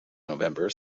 november